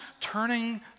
turning